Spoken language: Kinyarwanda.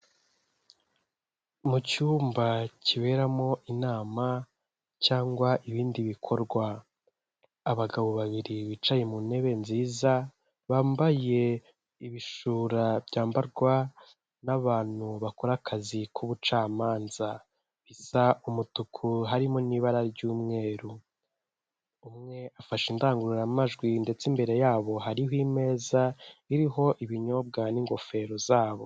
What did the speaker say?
Mu cyumba kiberamo inama cyangwa ibindi bikorwa, abagabo babiri bicaye mu ntebe nziza bambaye ibishura byambarwa n'abantu bakora akazi k'ubucamanza bisa umutuku harimo n'ibara ry'umweru, umwe afashe indangururamajwi ndetse imbere yabo hariho imeza iriho ibinyobwa n'ingofero zabo.